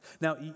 Now